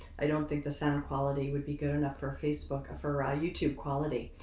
i don't think the sound quality would be good enough for facebook, for ah youtube quality.